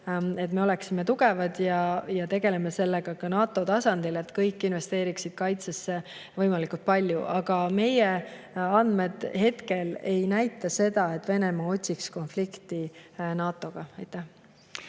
et me oleksime tugevad. Tegeleme sellega ka NATO tasandil, et kõik investeeriksid kaitsesse võimalikult palju. Aga meie andmed hetkel ei näita seda, et Venemaa otsiks konflikti NATO‑ga. Kert